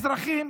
אזרחים,